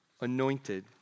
anointed